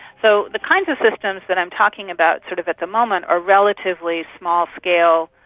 so the kinds of systems that i'm talking about sort of at the moment are relatively small-scale,